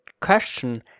question